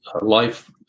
life